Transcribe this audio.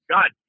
God